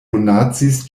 donacis